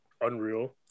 unreal